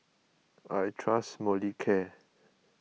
I trust Molicare